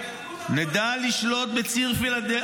נדע לשלוט בציר פילדלפי.